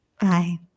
Bye